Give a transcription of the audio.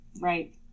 Right